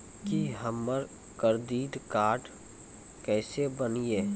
की हमर credit card केसे बनिये?